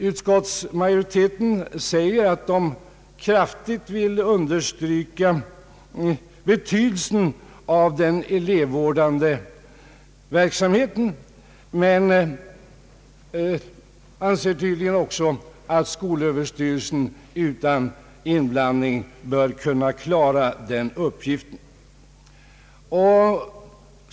Utskottsmajoriteten säger att man kraftigt vill understryka betydelsen av den elevvårdande verksamheten men anser tydligen också att skolöverstyrelsen bör kunna klara den uppgiften utan inblandning.